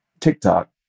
TikTok